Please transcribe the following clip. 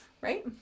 right